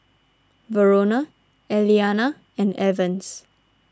Verona Eliana and Evans